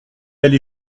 aller